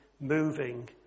moving